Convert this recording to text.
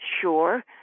sure